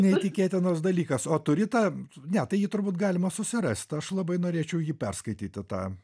neįtikėtinas dalykas o turi tą ne tai jį turbūt galima susirast aš labai norėčiau jį perskaityti tą